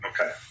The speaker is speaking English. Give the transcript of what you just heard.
Okay